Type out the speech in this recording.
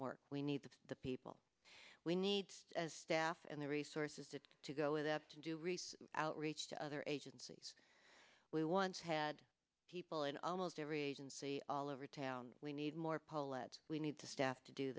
work we need the people we need as staff and the resources to go with that to do research outreach to other agencies we once had people in almost every agency all over town we need more pohlad we need to staff to do